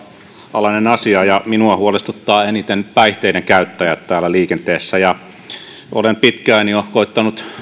alainen asia ja minua huolestuttavat eniten päihteiden käyttäjät liikenteessä olen jo pitkään koettanut